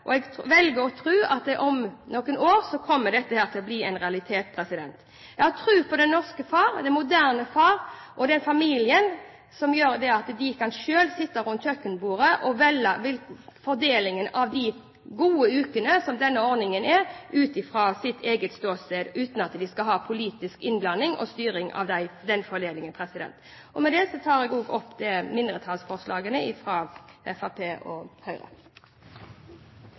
og jeg velger å tro at om noen år kommer dette til å bli en realitet. Jeg har tro på den norske far, den moderne far, og på at familien selv kan sitte rundt kjøkkenbordet og velge fordelingen av de gode ukene, som denne ordningen er, ut fra sitt eget ståsted, uten at vi skal ha politisk innblanding og styring av den fordelingen. Med det tar jeg opp mindretallsforslagene fra Fremskrittspartiet og Høyre. Representanten Solveig Horne har tatt opp de forslagene hun refererte til. Det blir replikkordskifte. Jeg har lyst til å forfølge replikkordskiftet mellom representantene Gjul og